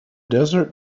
desert